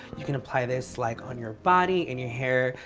you can apply this like on your body, in your hair.